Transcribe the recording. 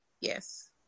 Yes